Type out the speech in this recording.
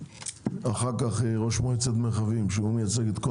אחר כך ראש מועצת מרחבים שמייצג את כל